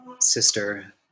sister